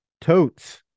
totes